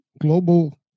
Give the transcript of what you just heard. global